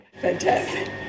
Fantastic